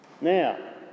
Now